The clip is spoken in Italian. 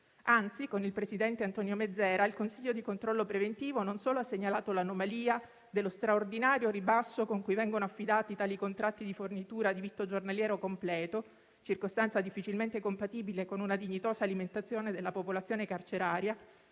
Anzi, con il presidente Antonio Mezzera, il collegio di controllo preventivo non solo ha segnalato l'anomalia dello straordinario ribasso con cui vengono affidati tali contratti di fornitura di vitto giornaliero completo, circostanza difficilmente compatibile con una dignitosa alimentazione della popolazione carceraria,